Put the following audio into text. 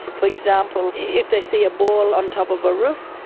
for example, if they see a ball on top of a roof,